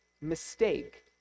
mistake